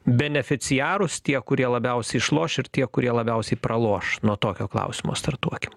beneficiarus tie kurie labiausiai išloš ir tie kurie labiausiai praloš nuo tokio klausimo startuokim